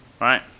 Right